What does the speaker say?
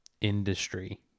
industry